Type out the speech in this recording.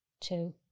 Two